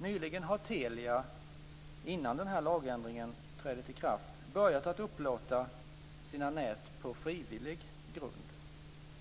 Nyligen har Telia, innan denna lagändring trätt i kraft, börjat upplåta sina nät på frivillig grund.